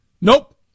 Nope